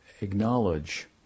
acknowledge